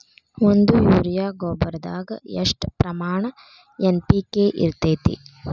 ಒಂದು ಯೂರಿಯಾ ಗೊಬ್ಬರದಾಗ್ ಎಷ್ಟ ಪ್ರಮಾಣ ಎನ್.ಪಿ.ಕೆ ಇರತೇತಿ?